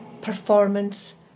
performance